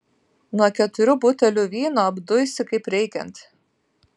nuo keturių butelių vyno apduisi kaip reikiant